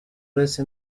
uretse